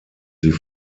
sie